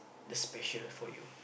the special for you